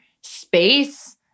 space